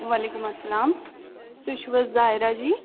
وعلیکُم اسلام تُہۍ چھِو حَظ ظایرا جی